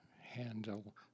handle